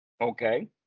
Okay